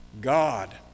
God